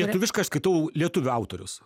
lietuviškai aš skaitau lietuvių autorius